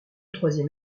troisième